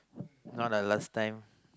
not like last time